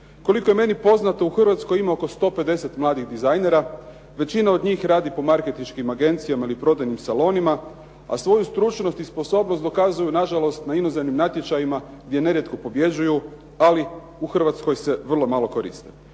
Koliko je meni poznato u Hrvatskoj ima oko 150 mladih dizajnera. Većina od njih radi po marketinških agencijama ili prodajnim salonima, a svoju stručnost i sposobnost dokazuju nažalost na inozemnim natječajima gdje nerijetko pobjeđuju, ali u Hrvatskoj se vrlo malo koriste.